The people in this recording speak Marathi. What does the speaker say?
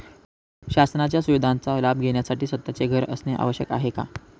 शासनाच्या सुविधांचा लाभ घेण्यासाठी स्वतःचे घर असणे आवश्यक आहे का?